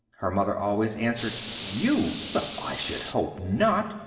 her mother always answered you! well, i should hope not!